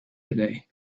today